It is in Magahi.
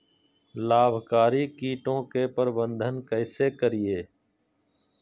लाभकारी कीटों के प्रबंधन कैसे करीये?